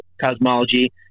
cosmology